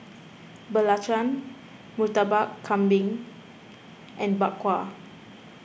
Belacan Murtabak Kambing and Bak Kwa